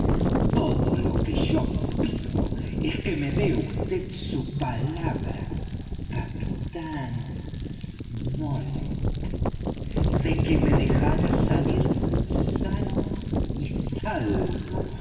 todo lo que yo pido es que me dé vd su palabra capitán smollet de que me dejará salir sano y salvo